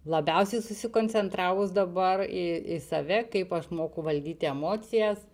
labiausiai susikoncentravus dabar į į save kaip aš moku valdyti emocijas